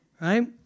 right